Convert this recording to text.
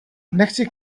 nechci